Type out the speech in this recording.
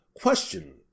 Question